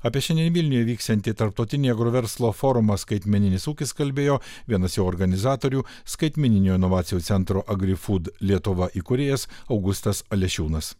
apie šiandien vilniuje vyksiantį tarptautinį agroverslo forumą skaitmeninis ūkis kalbėjo vienas jo organizatorių skaitmeninių inovacijų centro agrifud lietuva įkūrėjas augustas alešiūnas